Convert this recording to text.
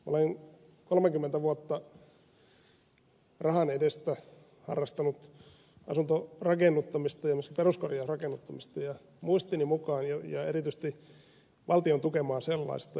olen kolmekymmentä vuotta rahan edestä harrastanut asuntorakennuttamista ja myös peruskorjausrakennuttamista ja erityisesti valtion tukemaa sellaista